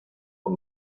por